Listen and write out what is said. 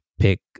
pick